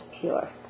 pure